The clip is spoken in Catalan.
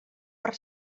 per